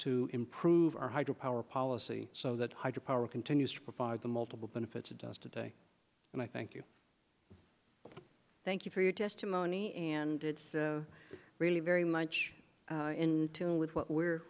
to improve our hydro power policy so that hydro power continues to provide the multiple benefits it does today and i thank you thank you for your testimony and it's a really very much in tune with what we're